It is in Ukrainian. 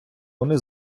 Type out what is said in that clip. вони